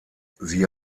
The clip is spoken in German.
sie